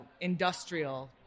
industrial